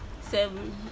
Seven